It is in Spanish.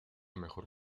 mejor